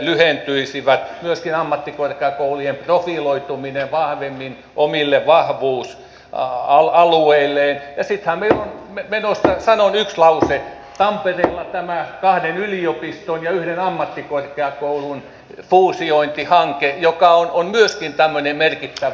lyhentyisivät ja myöskin ammattikorkeakoulujen profiloituminen vahvemmin omille vahvuusalueilleen ja sittenhän meillä on menossa sanon yhden lauseen tampereella tämä kahden yliopiston ja yhden ammattikorkeakoulun fuusiointihanke joka on myöskin tämmöinen merkittävä rakenteellinen uudistus